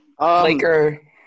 Laker –